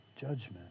judgment